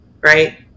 right